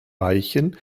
weichen